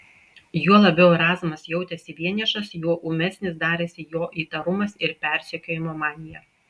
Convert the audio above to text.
juo labiau erazmas jautėsi vienišas juo ūmesnis darėsi jo įtarumas ir persekiojimo manija